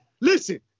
listen